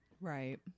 Right